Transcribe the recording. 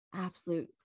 absolute